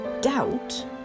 doubt